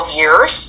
years